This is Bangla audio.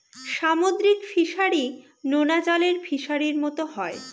সামুদ্রিক ফিসারী, নোনা জলের ফিসারির মতো হয়